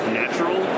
natural